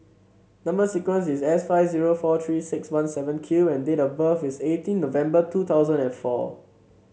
number sequence is S five zero four Three six one seven Q and date of birth is eighteen November two thousand and four